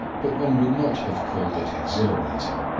but one would not have called it exhilarating.